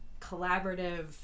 collaborative